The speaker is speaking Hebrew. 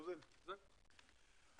שהצטרף אלינו.